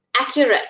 accurate